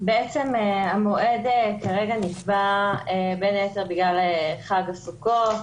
בעצם המועד כרגע נקבע בין היתר בגלל חג הסוכות